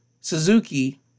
Suzuki